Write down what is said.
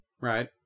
Right